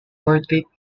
portrait